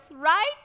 right